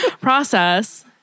process